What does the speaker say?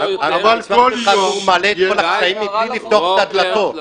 גור מעלה את כל הקטעים מבלי לפתוח את הדלתות.